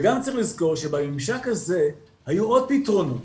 וגם צריך לזכור שבממשק הזה היו עוד פתרונות,